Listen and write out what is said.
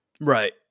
Right